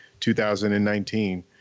2019